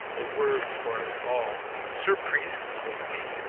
the wordes for us all sir priest, quoth he,